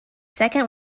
second